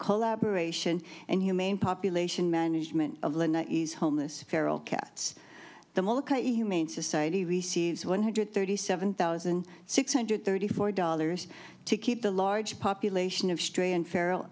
collaboration and humane population management of homeless feral cats the most humane society receives one hundred thirty seven thousand six hundred thirty four dollars to keep the large population of stray and feral